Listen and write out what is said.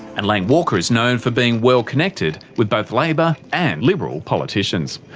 and lang walker is known for being well connected with both labor and liberal politicians.